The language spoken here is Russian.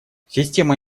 система